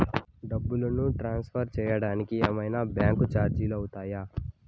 డబ్బును ట్రాన్స్ఫర్ సేయడానికి ఏమన్నా బ్యాంకు చార్జీలు అవుతాయా?